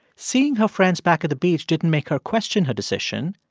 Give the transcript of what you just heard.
seeing her friends back at the beach didn't make her question her decision,